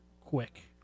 quick